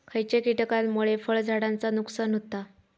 खयच्या किटकांमुळे फळझाडांचा नुकसान होता?